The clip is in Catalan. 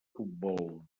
futbol